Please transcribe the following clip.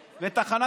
לדבר?